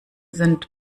sind